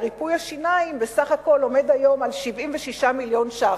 לריפוי השיניים עומד בסך הכול על 76 מיליון ש"ח.